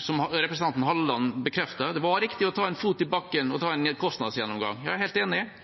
som representanten Halleland også bekreftet, det som ble gjort – at det var riktig å sette en fot i bakken og gjøre en kostnadsgjennomgang. Jeg er helt enig. Det